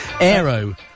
Aero